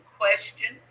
question